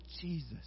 Jesus